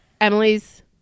Emily's